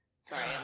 Sorry